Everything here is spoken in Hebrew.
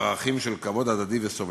ערכים של כבוד הדדי וסובלנות.